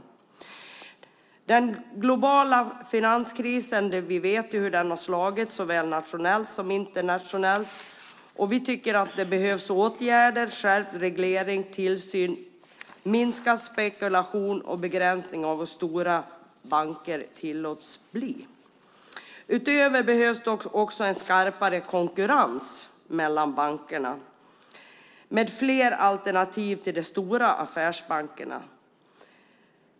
Vi vet hur den globala finanskrisen har slagit, såväl nationellt som internationellt, och vi tycker att det behövs åtgärder, skärpt reglering, tillsyn, minskad spekulation och begränsning av hur stora banker tillåts bli. Utöver detta behövs också en skarpare konkurrens mellan bankerna med fler alternativ till de stora affärsbankerna.